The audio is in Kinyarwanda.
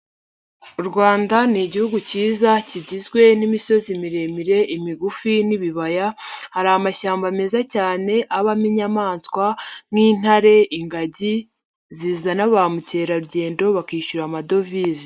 U Rwanda ni igihugu cyiza kigizwe n'imisozi miremire ,imigufi n'ibibaya, hari amashyamba meza cyane abamo inyamaswa, nk'intare, ingagi, zizana ba mukerarugendo bakishyura amadovize.